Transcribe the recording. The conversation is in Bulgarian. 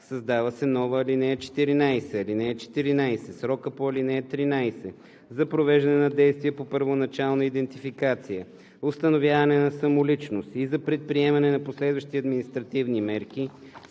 създава се нова ал. 14: „(14) Срокът по ал. 13 за провеждане на действия по първоначална идентификация, установяване на самоличност и за предприемане на последващи административни мерки